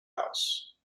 house